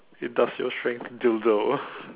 industrial strength dildo